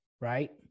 Right